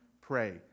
pray